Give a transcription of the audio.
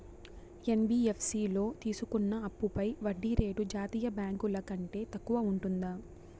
NBFC లో తీసుకున్న అప్పుపై వడ్డీ రేటు జాతీయ బ్యాంకు ల కంటే తక్కువ ఉంటుందా?